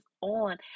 on